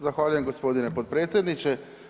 Zahvaljujem g. potpredsjedniče.